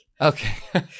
Okay